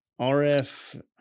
RF